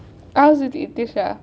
I was with itisha